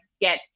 get